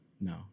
no